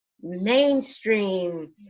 mainstream